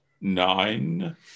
nine